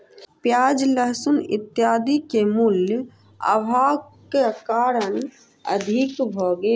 प्याज लहसुन इत्यादि के मूल्य, अभावक कारणेँ अधिक भ गेल